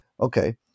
Okay